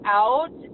out